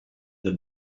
del